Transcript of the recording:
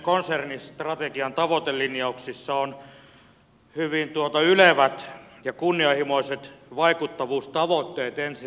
näissä temin konsernistrategian tavoitelinjauksissa on hyvin ylevät ja kunnianhimoiset vaikuttavuustavoitteet ensi vuodelle